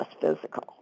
physical